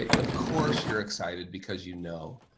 ah of course, you're excited because you know.